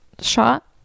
shot